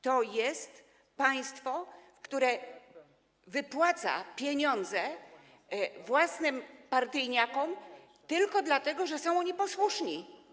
To jest państwo, które wypłaca pieniądze własnym partyjniakom tylko dlatego, że są posłuszni.